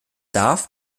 darf